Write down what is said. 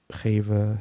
geven